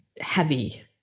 heavy